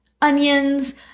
onions